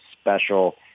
special